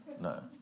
No